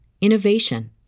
innovation